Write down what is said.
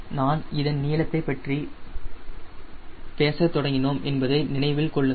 நான் இதன் நீளத்தை பற்றி பேசத் தொடங்கினோம் என்பதை நினைவு கொள்ளுங்கள்